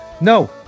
No